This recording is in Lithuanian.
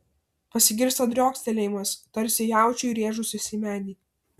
pasigirsta driokstelėjimas tarsi jaučiui rėžusis į medį